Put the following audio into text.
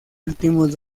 últimos